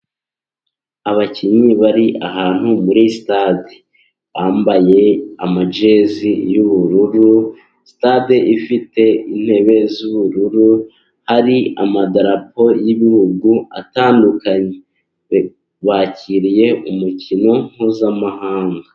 Abakinnyi bari ahantu muri sitade. Bambaye amajesi yubururu. Sitade ifite intebe z'ubururu. Hari amadarapo y'ibihugu atandukanye. Bakiriye umukino mpuzamahanga.